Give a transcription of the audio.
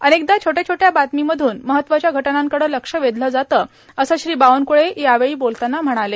अनेकदा छोट्या छोट्या बातमीमधून महत्त्वांच्या घटनांकड लक्ष वेधल जात असे श्री बावनक्ळे यावेळी बोलतांना म्हणाले